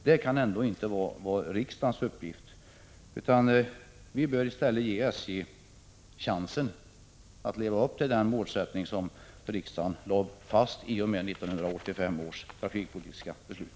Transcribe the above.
Det är inte riksdagens uppgift, utan vi bör i stället ge SJ chansen att leva upp till den målsättning som riksdagen lade fast i och med 1985 års trafikpolitiska beslut.